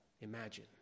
imagine